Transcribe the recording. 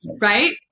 right